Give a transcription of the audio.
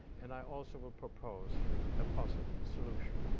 and i also will propose a possible solution.